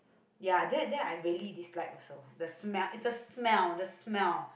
ya that that I really dislike also the smell is the smell the smell